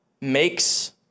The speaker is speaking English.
makes